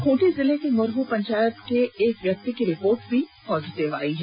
खूंटी जिले के मुरहू पंचायत के एक व्यक्ति की रिपोर्ट भी पॉजिटिव आई है